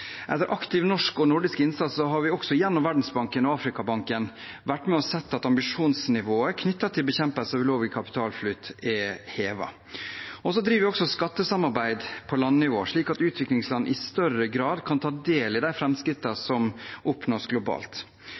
Etter aktiv norsk og nordisk innsats har vi også, gjennom Verdensbanken og Afrikabanken, vært med og sett at ambisjonsnivået knyttet til bekjempelse av ulovlig kapitalflyt er hevet. Vi driver også skattesamarbeid på landnivå, slik at utviklingsland i større grad kan ta del i de framskrittene som oppnås globalt.